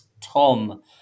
Tom